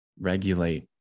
regulate